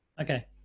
Okay